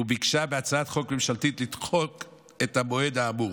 וביקשה בהצעת חוק ממשלתית לדחות את המועד האמור.